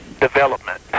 development